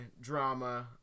drama